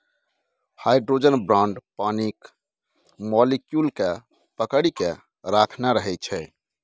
hydrogen bond पानिक molecule केँ पकरि केँ राखने रहै छै